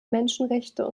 menschenrechte